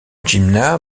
gmina